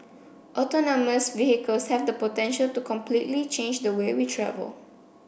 autonomous vehicles have the potential to completely change the way we travel